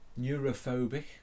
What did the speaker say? neurophobic